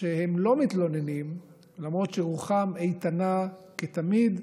שהם לא מתלוננים, למרות שרוחם איתנה כתמיד,